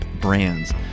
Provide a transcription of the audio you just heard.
brands